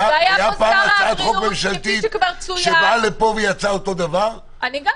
הייתה פעם הצעת חוק ממשלתית ---- והיה פה שר הבריאות,